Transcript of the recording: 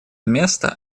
место